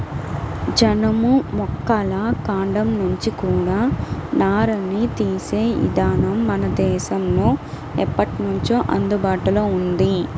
జనుము మొక్కల కాండం నుంచి కూడా నారని తీసే ఇదానం మన దేశంలో ఎప్పట్నుంచో అందుబాటులో ఉంది